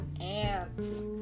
ants